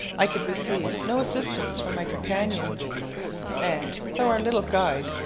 i could receive no assistance from my companions and, though our little guide,